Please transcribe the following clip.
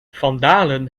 vandalen